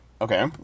Okay